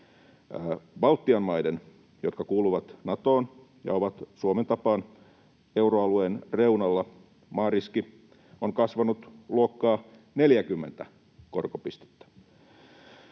Baltian maiden, jotka kuuluvat Natoon ja ovat Suomen tapaan euroalueen reunalla, maariski on kasvanut luokkaa 40 korkopistettä.